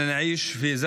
(אומר בערבית ומתרגם:) מה זה